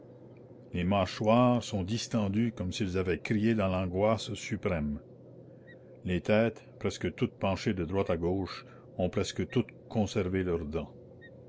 les mâchoires sont distendues comme s'ils avaient crié dans l'angoisse suprême les têtes presque toutes penchées de droite à gauche ont presque toutes conservé leurs dents